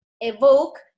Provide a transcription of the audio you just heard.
evoke